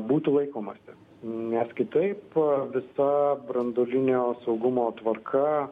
būtų laikomasi nes kitaip visa branduolinio saugumo tvarka